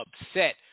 upset